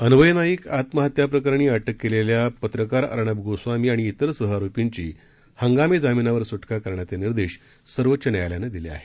अन्वय नाईक आत्महत्या प्रकरणी अटक केलेल्या पत्रकार अर्णब गोस्वामी आणि इतर सहआरोपींची हंगामी जामीनावर सुटका करण्याचे निर्देश सर्वोच्च न्यायालयानं दिले आहेत